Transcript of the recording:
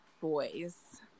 boys